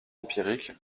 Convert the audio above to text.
empirique